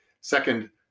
Second